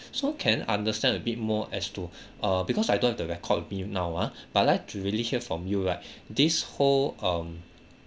so can I understand a bit more as to uh because I don't have the record with me now ah but I really hear from you right this whole um